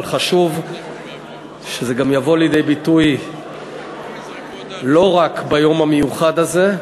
אבל חשוב שזה גם יבוא לידי ביטוי לא רק ביום המיוחד הזה,